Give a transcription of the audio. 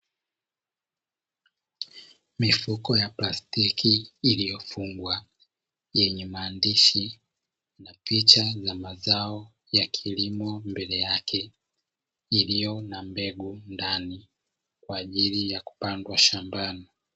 Mifuko ya plastiki iliyofungwa yenye maandishi na picha za mazao ya kilimo mbele yake, iliyo na mbegu ndani kwaajili ya kupandwa shambani.